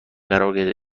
قرار